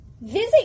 visit